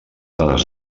dades